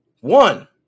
One